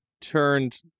turned